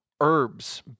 Herbs